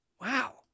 Wow